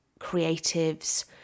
creatives